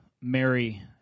Mary